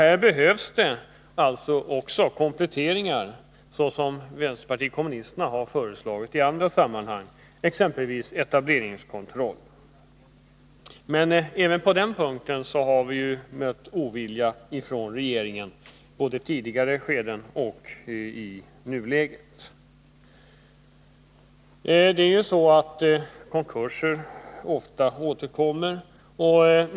Här behövs det alltså kompletteringar, såsom vpk har föreslagit i andra sammanhang, exempelvis för etableringskontroll. Men även på den punkten har vi mött ovilja från regeringen, både i tidigare skeden och i nuläget. Konkurser återkommer ofta.